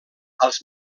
als